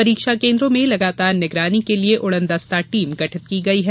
परीक्षा केन्द्रों में लगातार निगरानी के लिये उड़न दस्ता टीम गठित की गई है